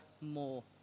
more